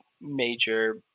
major